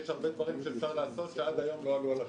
יש הרבה דברים שאפשר לעשות שעד היום לא עלו על השולחן.